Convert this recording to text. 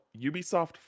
Ubisoft